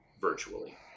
virtually